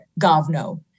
govno